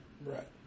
right